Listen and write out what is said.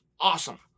awesome